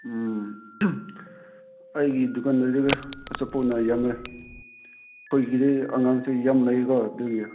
ꯎꯝ ꯑꯩꯒꯤ ꯗꯨꯀꯥꯟꯗꯗꯤ ꯑꯆꯥꯄꯣꯠꯅ ꯌꯥꯝꯃꯦ ꯑꯩꯈꯣꯏꯒꯤꯗꯤ ꯑꯉꯥꯡꯁꯨ ꯌꯥꯝ ꯂꯩꯀꯣ ꯑꯗꯨꯒꯤ